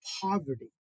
poverty